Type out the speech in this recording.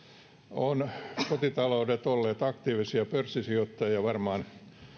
ovat kotitaloudet olleet aktiivisia pörssisijoittajia varmaan